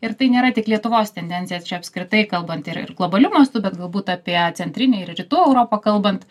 ir tai nėra tik lietuvos tendencija čia apskritai kalbant ir ir globaliu mastu bet galbūt apie centrinę ir rytų europą kalbant